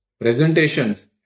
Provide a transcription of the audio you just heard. presentations